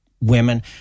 women